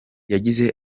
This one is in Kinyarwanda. yagize